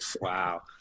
Wow